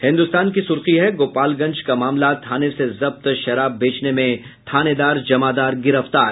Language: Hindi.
हिन्दुस्तान की सुर्खी है गोपालगंज का मामला थाने से जब्त शराब बेचने में थानेदार जमादार गिरफ्तार